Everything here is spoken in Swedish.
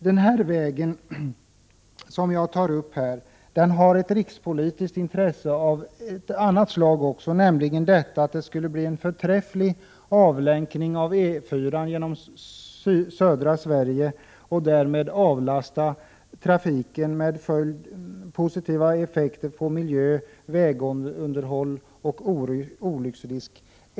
Den väg som jag här har tagit upp har också ett rikspolitiskt intresse av ett annat slag, nämligen att den skulle bli en förträfflig avlänkning av E 4 genom södra Sverige och därmed avlasta trafiken där med positiva effekter på miljö, vägunderhåll och olycksrisker.